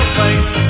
face